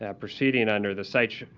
and proceeding and under the site